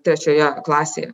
trečioje klasėje